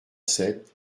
sept